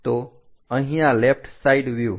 તો અહીંયા left side વ્યુહ